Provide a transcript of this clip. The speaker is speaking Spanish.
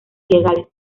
ilegales